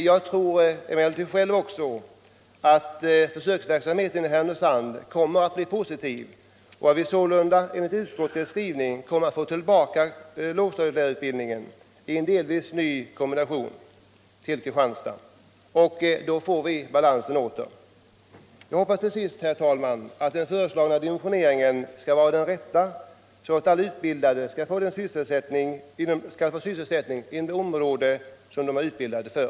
Jag tror emellertid att försöksverksamheten i Härnösand kommer att bli positiv och att vi sålunda, enligt utskottets skrivning, kommer att få tillbaka lågstadielärarutbildningen till Kristianstad i en delvis ny kombination. Då får vi balansen åter. Jag hoppas till sist, herr talman, att den föreslagna dimensioneringen skall vara den rätta, så att alla utbildade skall få sysselsättning inom det område som de är utbildade för.